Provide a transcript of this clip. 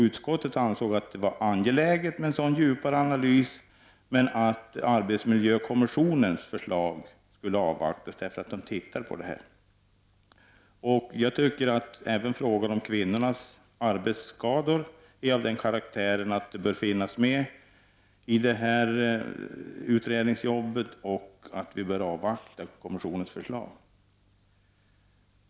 Utskottet ansåg att det var angeläget med en sådan djupare analys men att arbetsmiljökommissionen höll på med detta och att dess förslag borde avvaktas. Jag tycker att även frågan om kvinnornas arbetsskador är av den karaktären att den bör finnas med i utredningsarbetet och att vi bör avvakta kommissionens förslag.